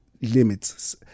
limits